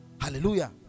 hallelujah